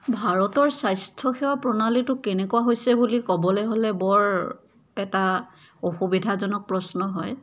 ভাৰতৰ স্বাস্থ্যসেৱা প্ৰণালীটো কেনেকুৱা হৈছে বুলি ক'বলৈ হ'লে বৰ এটা অসুবিধাজনক প্ৰশ্ন হয়